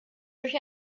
durch